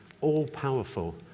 all-powerful